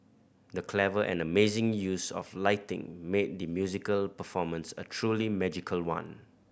the clever and amazing use of lighting made the musical performance a truly magical one